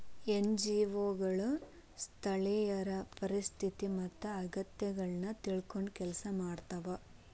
NGO ಗಳು ಸ್ಥಳೇಯರ ಪರಿಸ್ಥಿತಿ ಮತ್ತ ಅಗತ್ಯಗಳನ್ನ ತಿಳ್ಕೊಂಡ್ ಕೆಲ್ಸ ಮಾಡ್ತವಾ